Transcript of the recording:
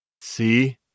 See